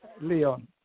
Leon